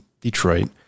Detroit